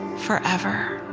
forever